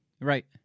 right